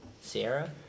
Sierra